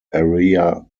area